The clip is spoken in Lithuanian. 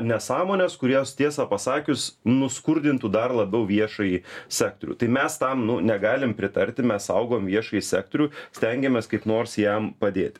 nesąmonės kuries tiesą pasakius nuskurdintų dar labiau viešąjį sektorių tai mes tam nu negalim pritarti mes saugom viešąjį sektorių stengiamės kaip nors jam padėti